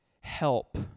help